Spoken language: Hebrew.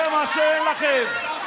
זה מה שאין לכם,